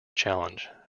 challenge